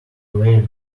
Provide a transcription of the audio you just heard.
rare